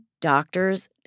doctors